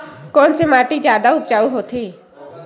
कोन से माटी जादा उपजाऊ होथे?